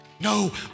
No